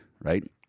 right